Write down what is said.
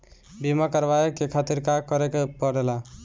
बीमा करेवाए के खातिर का करे के पड़ेला?